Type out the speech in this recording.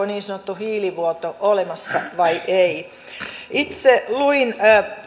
niin sanottu hiilivuoto olemassa vai ei ei itse luin